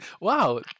Wow